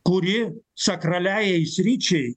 kuri sakraliajai sričiai